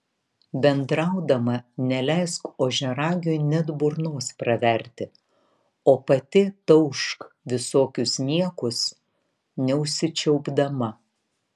bendraudama neleisk ožiaragiui net burnos praverti o pati taukšk visokius niekus neužsičiaupdama